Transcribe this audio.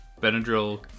Benadryl